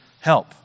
help